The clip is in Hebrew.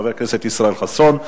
של חבר הכנסת ישראל חסון.